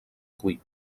cuir